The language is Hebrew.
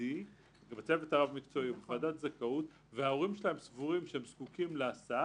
מוסדי מהצוות הרב-מקצועי או מוועדת זכאות סבורים שהם זקוקים להסעה,